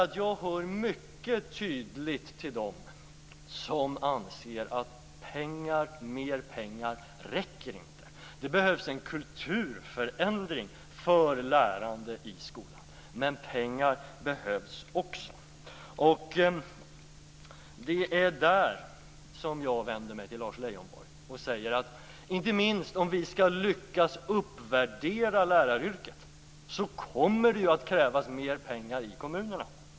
Jag hör mycket tydligt till dem som anser att mera pengar inte är tillräckligt. Det behövs en kulturförändring för lärandet i skolan men pengar behövs också. Där vänder jag mig till Lars Leijonborg. Inte minst för att vi skall lyckas uppvärdera läraryrket kommer det att krävas mera pengar i kommunerna.